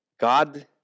God